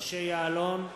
משה יעלון,